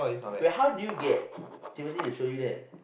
wait how do you get Timothy to show you that